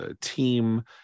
team